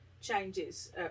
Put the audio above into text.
changes